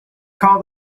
call